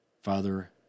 Father